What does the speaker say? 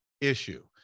issue